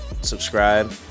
subscribe